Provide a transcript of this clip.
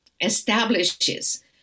establishes